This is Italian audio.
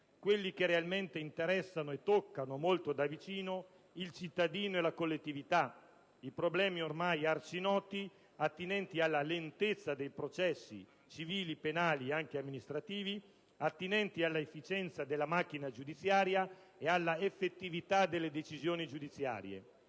quelli che realmente interessano e toccano molto da vicino il cittadino e la collettività, i problemi ormai arcinoti attinenti alla lentezza dei processi (civili, penali e anche amministrativi), alla efficienza della macchina giudiziaria e alla effettività delle decisioni giudiziarie.